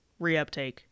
reuptake